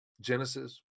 Genesis